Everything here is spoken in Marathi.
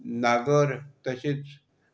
नांगर तसेच